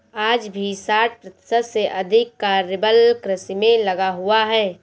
आज भी साठ प्रतिशत से अधिक कार्यबल कृषि में लगा हुआ है